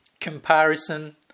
comparison